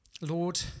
Lord